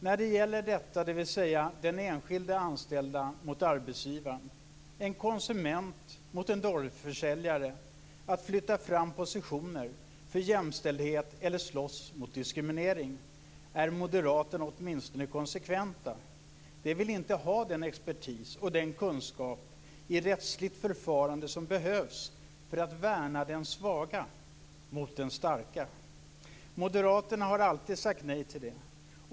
När det gäller detta, dvs. den enskilde anställde mot arbetsgivaren, en konsument mot en dörrförsäljare, att flytta fram positioner för jämställdhet eller att slåss mot diskriminering är moderaterna åtminstone konsekventa: De vill inte ha den expertis och den kunskap i rättsligt förfarande som behövs för att värna den svaga mot den starka. Moderaterna har alltid sagt nej till detta.